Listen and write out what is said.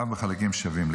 בחלקים שווים להוריו.